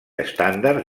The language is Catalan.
estàndard